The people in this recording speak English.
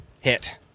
hit